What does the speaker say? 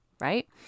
Right